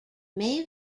may